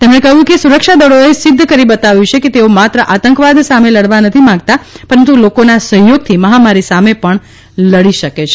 તેમણે કહ્યુંકે સુરક્ષાદળોએ સિધ્ધ કરી બતાવ્યું છે કે તેઓ માત્ર આતંકવાદ સામે લડવા નથી માંગતા પરંતુ લોકોના સહયોગથી મહામારી સામે પણ લડી શકે છે